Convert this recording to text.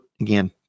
again